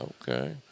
Okay